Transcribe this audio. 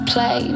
Play